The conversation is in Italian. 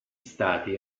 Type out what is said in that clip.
stati